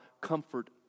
comfort